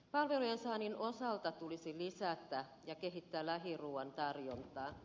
palvelujen saannin osalta tulisi lisätä ja kehittää lähiruuan tarjontaa